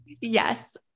Yes